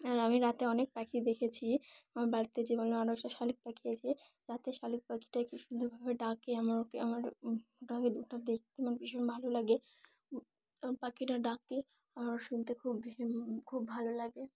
আর আমি রাতে অনেক পাখি দেখেছি আমার বাড়িতে যে বল আরকটা শালিক পাখি আছে রাতে শালিক পাখিটা খব সুন্দরভাবে ডাকে আমার ওকে আমার ওটাকে ওটা দেখতে আমার ভীষণ ভালো লাগে পাখিটা ডাকে আমার শুনতে খুব ভীষণ খুব ভালো লাগে